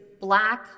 black